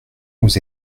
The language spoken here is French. vous